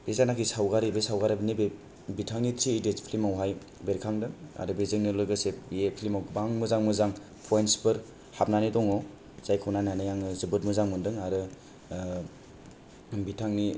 बे जानाखि सावगारि बे सावगारि नैबे बिथांनि थ्री इदिइतस फ्लिमाव हाय बेरखांदों आरो बेजोंनो लोगोसे बे फ्लिमाव गोबां मोजां मोजां पयेनतसफोर हाबनानै दङ जायखौ नायनानै आङो जोबोद मोजां मोनदों आरो बिथांनि